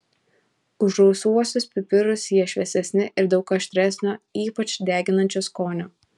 už rausvuosius pipirus jie šviesesni ir daug aštresnio ypač deginančio skonio